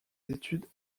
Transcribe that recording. études